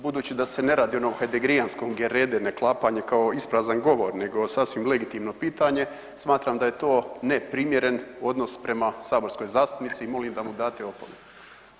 Budući da se ne radi o onom hederijanskom gerede naklapanje kao isprazan govor, nego sasvim legitimno pitanje, smatram da je to neprimjeren odnos prema saborskoj zastupnici i molim da mu date opomenu.